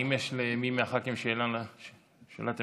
האם יש למי מהח"כים שאלת המשך?